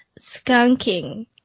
skunking